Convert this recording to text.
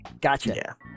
Gotcha